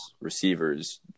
receivers